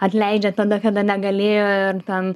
atleidžia tada kada negalėjo ir ten